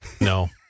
No